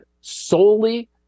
solely